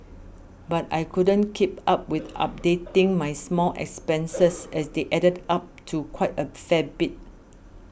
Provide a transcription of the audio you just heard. but I couldn't keep up with updating my small expenses as they added up to quite a fair bit